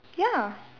ya